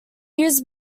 used